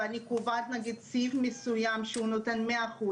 ואני קובעת סעיף מסוים שהוא נותן 100%,